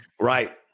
right